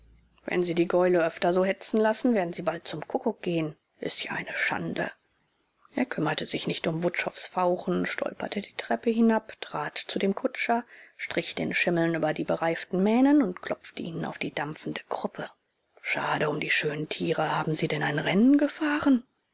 wenn sie die gäule öfter so hetzen lassen werden sie bald zum kuckuck gehen s ist ja eine schande er kümmerte sich nicht um wutschows fauchen stolperte die treppe hinab trat zu dem kutscher strich den schimmeln über die bereiften mähnen und klopfte ihnen auf die dampfende kruppe schade um die schönen tiere haben sie denn ein rennen gefahren